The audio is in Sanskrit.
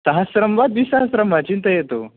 सहस्रं वा द्विसहस्रं वा चिन्तयतु